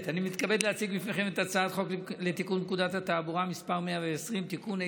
בפניכם את הצעת חוק לתיקון פקודת התעבורה (מס' 120) (תיקון),